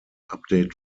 update